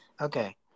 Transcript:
Okay